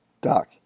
Doc